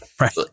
right